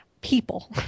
people